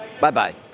Bye-bye